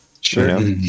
sure